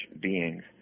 beings